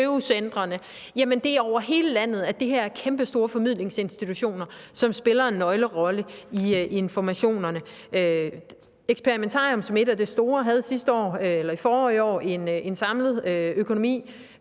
GEUS-centrene – så er det over hele landet, at der er kæmpestore formidlingsinstitutioner, som spiller en nøglerolle for informationerne. Eksperimentarium, som er en af de store, havde forrige år en samlet økonomi